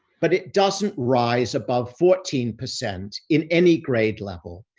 but it doesn't rise above fourteen percent in any grade level,